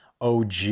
OG